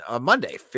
Monday